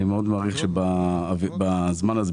אני מעריך מאוד שבזמן הזה,